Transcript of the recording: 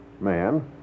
man